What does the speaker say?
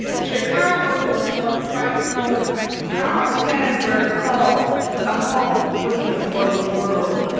chicago was what white poet carl sandburg called the hog butcher for the world.